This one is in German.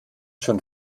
schon